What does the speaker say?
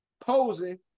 posing